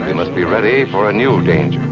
we must be ready for a new danger.